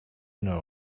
know